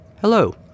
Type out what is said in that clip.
hello